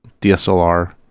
DSLR